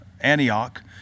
Antioch